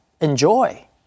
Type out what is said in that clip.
enjoy